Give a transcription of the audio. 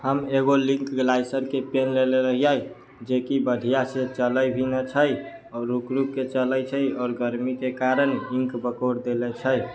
हम एगो Linc Glycer के पेन लेले रहियै जेकी बढ़िऑं से चलै भी हि छै रुक रुक के चलै छै आओर गर्मी के कारन इंक बोकरि देले छै